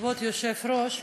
כבוד היושב-ראש,